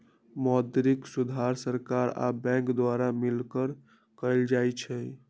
मौद्रिक सुधार सरकार आ बैंक द्वारा मिलकऽ कएल जाइ छइ